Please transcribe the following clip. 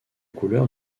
couleurs